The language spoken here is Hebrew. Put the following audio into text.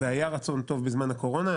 והיה רצון טוב בזמן הקורונה,